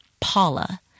Paula